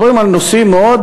מדברים על נושאים מאוד